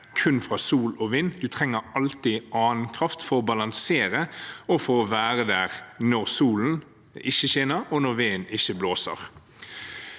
kun fra sol og vind, man trenger alltid annen kraft for å balansere og for å være der når solen ikke skinner, og når vinden ikke blåser.